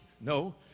no